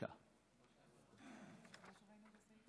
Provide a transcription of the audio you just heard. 15